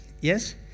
Yes